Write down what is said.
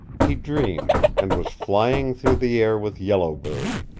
he dreamed, and was flying through the air with yellow bird.